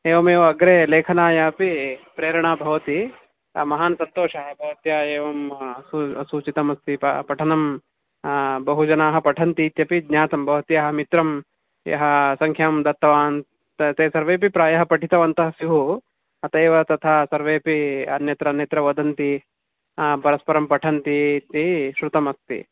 एवमेव अग्रे लेखनाय अपि प्रेरणा भवति महान् सन्तोषः भवत्या एवं सूचितमस्ति पठनं बहुजनाः पठन्तीत्यपि ज्ञातं भवत्याः मित्रं यः सङ्ख्यां दत्तवान् ते सर्वेऽपि प्रायः पठितवन्तः स्युः अत एव तथा सर्वेऽपि अन्यत्र अन्यत्र वदन्ति परस्परं पठन्ति इति श्रुतमस्ति